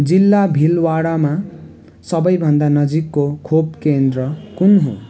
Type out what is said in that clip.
जिल्ला भिलवाडामा सबैभन्दा नजिकको खोप केन्द्र कुन हो